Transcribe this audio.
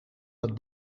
dat